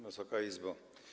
Wysoka Izbo!